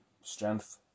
strength